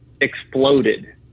exploded